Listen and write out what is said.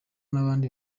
n’abandi